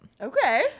Okay